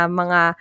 mga